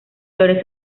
flores